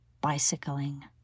bicycling